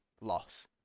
loss